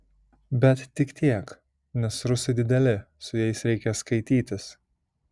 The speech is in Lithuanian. bet tik tiek nes rusai dideli su jais reikia skaitytis